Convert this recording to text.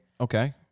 Okay